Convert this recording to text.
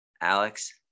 Alex